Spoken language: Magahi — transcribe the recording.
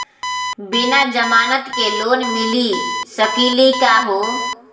बिना जमानत के लोन मिली सकली का हो?